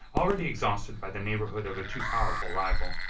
already exhausted by the neighborhood of a too powerful rival,